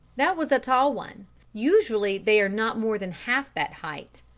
that was a tall one usually they are not more than half that height.